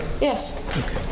Yes